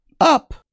Up